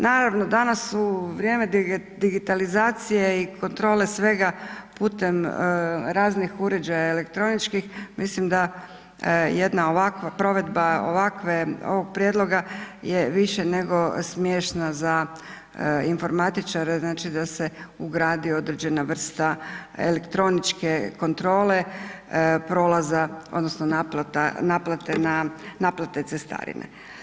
Naravno danas u vrijeme digitalizacije i kontrole svega putem raznih uređaja elektroničkih mislim jedna ovakva provedba, provedba ovakve ovog prijedloga je više nego smiješna za informatičare znači da se ugradi određena vrsta elektroničke kontrole prolaza odnosno naplate na, naplate cestarine.